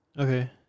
Okay